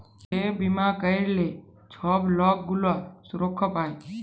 যে বীমা ক্যইরলে ছব লক গুলা সুরক্ষা পায়